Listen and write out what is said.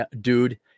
dude